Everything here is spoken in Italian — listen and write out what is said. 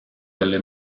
delle